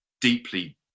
deeply